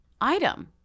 item